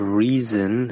reason